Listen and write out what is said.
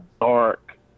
dark